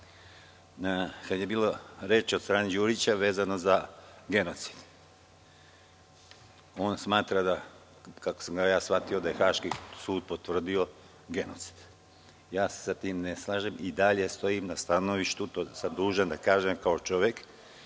kad je bilo reči od strane Đurića vezano za genocid. On smatra da, kako sam ga ja shvatio, da je Haški sud potvrdio genocid. Ja se sa tim ne slažem i dalje stojim na stanovištu, to sam dužan da kažem kao čovek,